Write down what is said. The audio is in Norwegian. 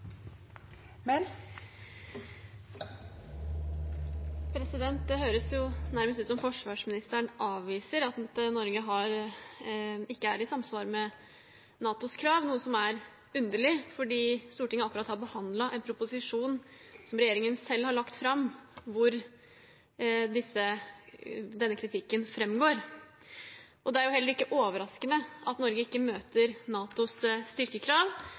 Det høres nærmest ut som om forsvarsministeren avviser at Norge ikke er i samsvar med NATOs krav, noe som er underlig fordi Stortinget akkurat har behandlet en proposisjon som regjeringen selv har lagt fram, der denne kritikken framgår. Det er heller ikke overraskende at Norge ikke møter NATOs styrkekrav